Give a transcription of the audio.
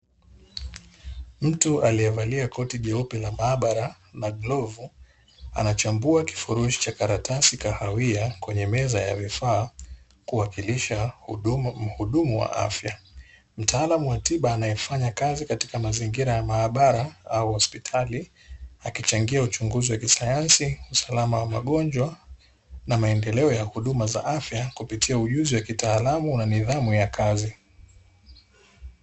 Mtu aliyevalia koti jeupe la maabara na glavu anachambua kifurushi cha karatasi kahawia kwenye meza ya vifaa kuwakilisha muhudumu wa afya, mtaalamu wa tiba anayefanya kazi katika mazingira ya maabara au hospitali akichangia uchunguzi wa kisayansi, usalama wa magonjwa na maendeleo ya huduma za afya kupitia ujuzi wa kitaalamu na nidhamu ya kazi.